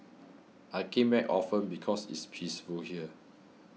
I came back often because it's peaceful here